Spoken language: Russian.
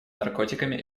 наркотиками